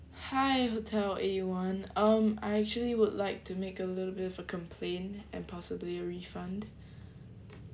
hi Hotel Eighty One um I actually would like to make a little bit of a complaint and possibly refund